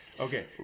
Okay